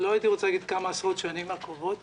לא הייתי רוצה להגיד כמה עשרות שנים קרובות,